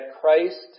Christ